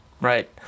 right